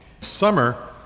Summer